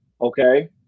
Okay